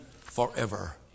forever